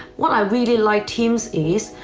what i really like teams is,